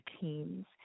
teams